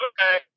Okay